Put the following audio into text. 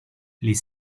les